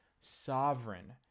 sovereign